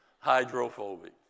Hydrophobic